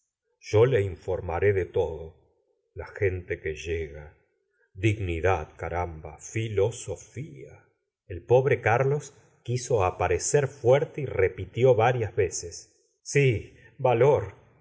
yo le informaré de todo la gente que llega dignidad caramba filosofía el pobre carlos quiso aparecer fuerte y repitió varias veces si valor